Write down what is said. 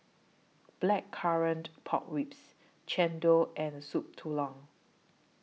Blackcurrant Pork Ribs Chendol and Soup Tulang